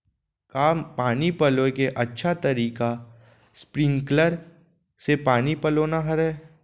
का पानी पलोय के अच्छा तरीका स्प्रिंगकलर से पानी पलोना हरय?